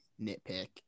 nitpick